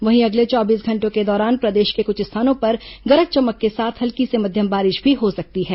वहीं अगले चौबीस घंटों के दौरान प्रदेश के कुछ स्थानों पर गरज चमक के साथ हल्की से मध्यम बारिश भी हो सकती है